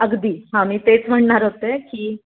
अगदी हां मी तेच म्हणणार होते की